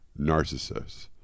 narcissist